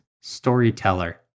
storyteller